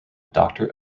doctor